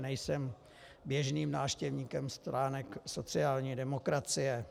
Nejsem běžným návštěvníkem stránek sociální demokracie.